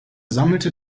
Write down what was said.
sammelte